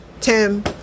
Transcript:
Tim